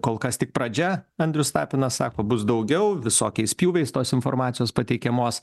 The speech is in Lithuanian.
kol kas tik pradžia andrius tapinas sako bus daugiau visokiais pjūviais tos informacijos pateikiamos